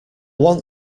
want